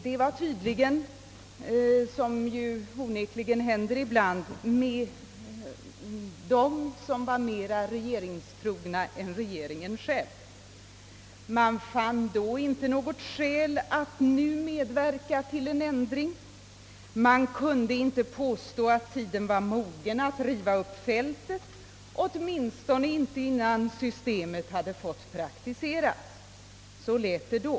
Dessa partivänner var tydligen — så är förhållandet onekligen ibland — mer regeringstrogna än regeringen själv. Man fann då inte något skäl att nu medverka till en ändring, man kunde inte finna att tiden var mogen att riva upp fältet, i varje fall inte innan systemet fått praktiseras — så lät det då.